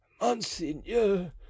monseigneur